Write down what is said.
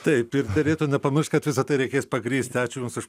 taip ir derėtų nepamiršt kad visa tai reikės pagrįsti ačiū jums už